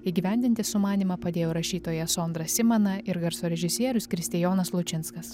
įgyvendinti sumanymą padėjo rašytoja sondra simana ir garso režisierius kristijonas lučinskas